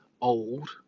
old